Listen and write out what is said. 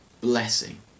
blessing